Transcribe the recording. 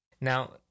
Now